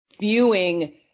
viewing